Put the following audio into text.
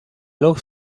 looked